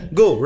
go